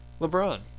LeBron